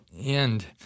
end